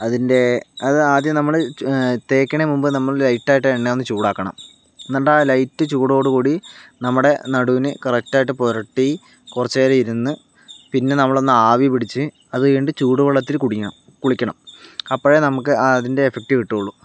അതിന്റെ അത് ആദ്യം നമ്മള് തേക്കണതിന് മുൻപ് നമ്മള് ലൈറ്റ് ആയിട്ട് എണ്ണ ഒന്ന് ചൂടാക്കണം എന്നിട്ട് ആ ലൈറ്റ് ചൂടോടുകൂടി നമ്മുടെ നടുവിന് കറക്ടായിട്ട് പുരട്ടി കുറച്ചുനേരം ഇരുന്ന് പിന്നെ നമ്മളൊന്ന് ആവി പിടിച്ച് അതു കഴിഞ്ഞിട്ട് ചൂടുവെള്ളത്തിൽ കുടിക്കണം കുളിക്കണം അപ്പോഴേ നമുക്ക് അതിന്റെ എഫക്ട് കിട്ടുകയുള്ളൂ